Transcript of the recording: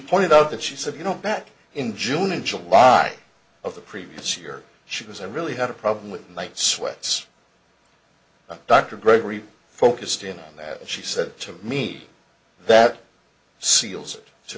pointed out that she said you know back in june or july of the previous year she was i really had a problem with night sweats that dr gregory focused in on that she said to me that